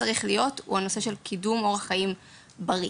הוא קידום אורח חיים בריא,